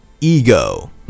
Ego